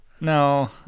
No